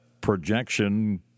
projection